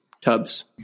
tubs